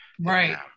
right